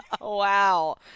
Wow